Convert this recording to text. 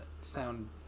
sound